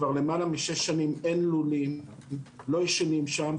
כבר למעלה משש שנים אין לולים, לא ישנים שם.